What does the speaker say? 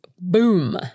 boom